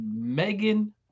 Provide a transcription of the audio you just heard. Megan